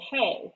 Hey